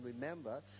remember